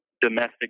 domestic